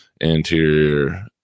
anterior